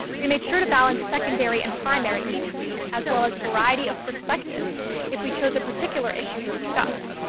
we made sure to balance secondary and primary each week as well as a variety of perspectives if we chose a particular issue to discuss,